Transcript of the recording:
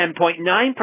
10.9%